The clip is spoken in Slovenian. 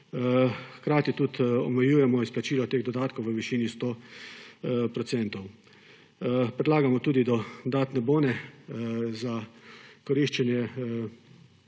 Hkrati tudi omejujemo izplačila teh dodatkov v višini 100 %. Predlagamo tudi dodatne bone za pač